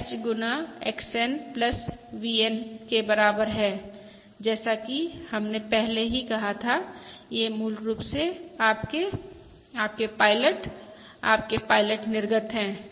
H गुना XN VN के बराबर है जैसा कि हमने पहले ही कहा था ये मूल रूप से आपके आपके पायलट आपके पायलट निर्गत हैं